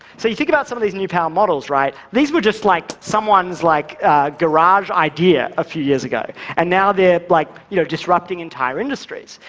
so you think about some of these new power models, right? these were just like someone's like garage idea a few years ago, and now they're like you know disrupting entire industries.